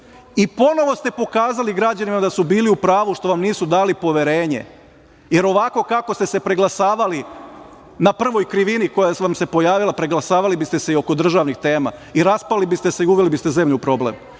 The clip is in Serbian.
I, ponovo ste pokazali građanima da su bili u pravu što vam nisu dali poverenje, jer ovako kako ste se preglasavali na prvoj krivini koja vam se pojavila, preglasavali biste se i oko državnih tema i raspali biste se i uveli biste zemlju u problem.A